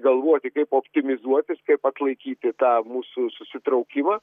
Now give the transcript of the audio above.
galvoti kaip optimizuotis kaip atlaikyti tą mūsų susitraukimą